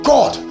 God